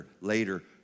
later